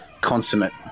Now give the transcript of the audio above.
consummate